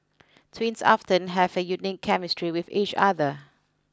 twins often have a unique chemistry with each other